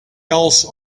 else